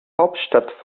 hauptstadt